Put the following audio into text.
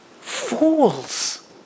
fools